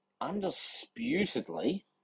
Undisputedly